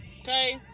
Okay